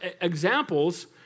examples